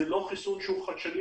זה לא חיסון חדשני,